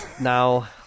Now